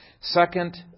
Second